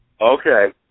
okay